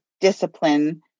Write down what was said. discipline